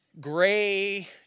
gray